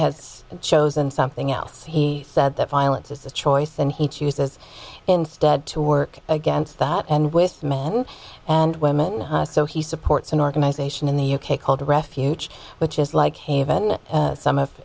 has chosen something else he said that violence is a choice and he chooses instead to work against that and with men and women so he supports an organization in the u k called refuge which is like haven and some of